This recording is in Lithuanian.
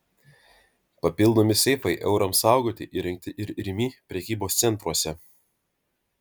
papildomi seifai eurams saugoti įrengti ir rimi prekybos centruose